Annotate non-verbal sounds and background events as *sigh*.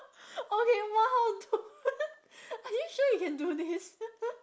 okay !wow! dude *laughs* are you sure you can do this *laughs*